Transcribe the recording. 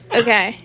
okay